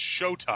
showtime